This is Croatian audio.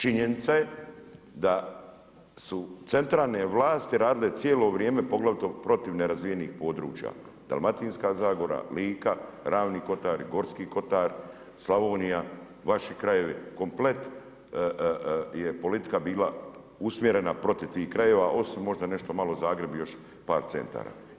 Činjenica je da su centralne vlasti radile cijelo vrijeme poglavito protiv nerazvijenih područja Dalmatinska zagora, Lika, Ravni kotari, Gorski kotar, Slavonija, vaši krajevi komplet je politika bila usmjerena protiv tih krajeva osim možda nešto malo Zagreb i još par centara.